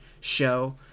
show